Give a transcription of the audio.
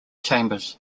chambers